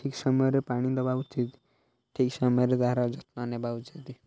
ଠିକ୍ ସମୟରେ ପାଣି ଦବା ଉଚିତ ଠିକ୍ ସମୟରେ ତା'ର ଯତ୍ନ ନେବା ଉଚିତ